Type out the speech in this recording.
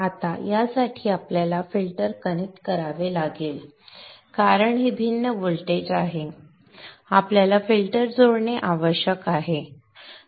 आता यासाठी आपल्याला फिल्टर कनेक्ट करावे लागेल कारण हे भिन्न व्होल्टेज आहे आपल्याला फिल्टर जोडणे आवश्यक आहे